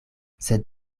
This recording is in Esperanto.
sed